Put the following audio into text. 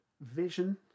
vision